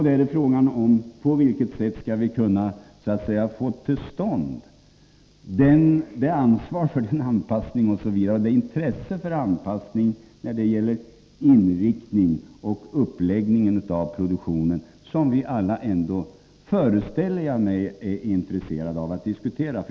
Då är frågan på vilket sätt vi skall få till stånd det ansvar och det intresse för anpassning av inriktningen och uppläggningen av produktionen som vi alla ändå — föreställer jag mig — är intresserade av.